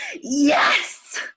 yes